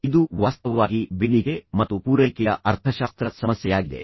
ಇದು ವಾಸ್ತವವಾಗಿ ಬೇಡಿಕೆ ಮತ್ತು ಪೂರೈಕೆಯ ಅರ್ಥಶಾಸ್ತ್ರ ಸಮಸ್ಯೆಯಾಗಿದೆ